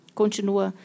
continua